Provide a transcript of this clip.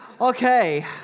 Okay